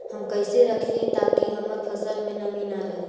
हम कैसे रखिये ताकी हमर फ़सल में नमी न रहै?